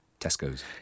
Tesco's